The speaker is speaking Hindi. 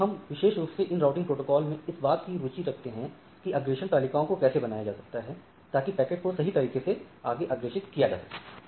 इसलिए हम विशेष रूप से इन राउटिंग प्रोटोकॉल में इस बात की रुचि रखते हैं कि अग्रेषण तालिकाओं को कैसे बनाया जाता है ताकि पैकेट को सही तरीके से आगे अग्रेषित किया जा सके